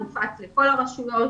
מופץ לכל הרשויות,